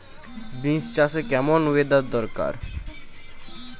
Beans চাষে কেমন weather দরকার?